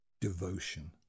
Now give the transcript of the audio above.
devotion